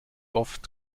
oft